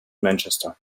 manchester